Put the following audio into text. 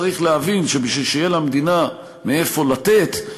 צריך להבין שבשביל שיהיה למדינה מאיפה לתת,